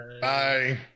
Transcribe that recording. Bye